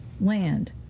land